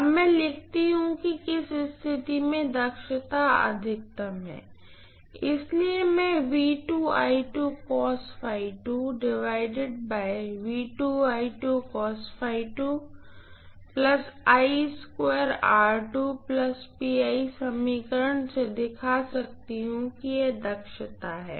अब मैं लिखती हूं कि किस स्थिति में दक्षता अधिकतम है इसलिए मैं समीकरण से दिखा सकती हूँ यह दक्षता है